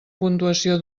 puntuació